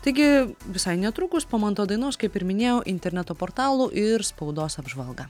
taigi visai netrukus po manto dainos kaip ir minėjau interneto portalų ir spaudos apžvalga